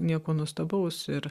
nieko nuostabaus ir